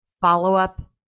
follow-up